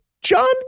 John